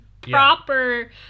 proper